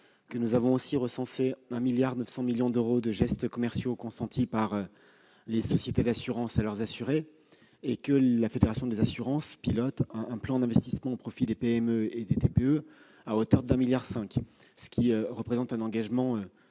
nous avons recensé 1,9 milliard d'euros de gestes commerciaux consentis par les sociétés d'assurances à leurs assurés et la Fédération française de l'assurance pilote un plan d'investissement au profit des PME et des TPE à hauteur de 1,5 milliard d'euros. C'est un engagement